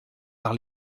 par